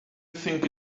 think